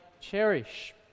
cherish